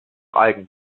algen